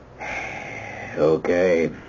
Okay